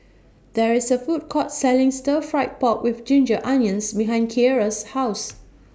There IS A Food Court Selling Stir Fried Pork with Ginger Onions behind Kierra's House